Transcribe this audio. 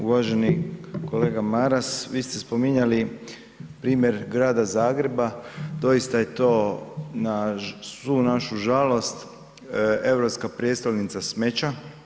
Uvaženi kolega Maras, vi ste spominjali primjer Grada Zagreba doista je to na svu našu žalost europska prijestolnica smeća.